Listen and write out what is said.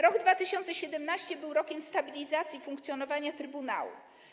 Rok 2017 był rokiem stabilizacji funkcjonowania trybunału.